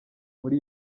muri